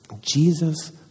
Jesus